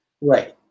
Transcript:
Right